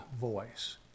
voice